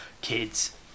kids